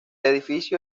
edificio